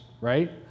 right